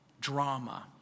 drama